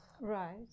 Right